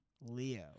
Leo